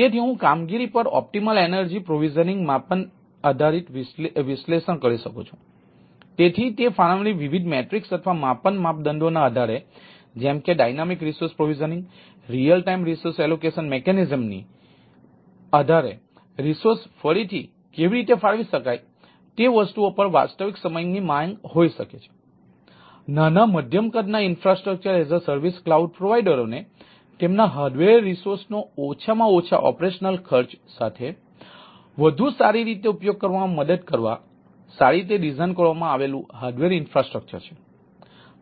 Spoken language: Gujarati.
તેથી